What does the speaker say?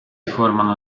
formano